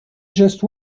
just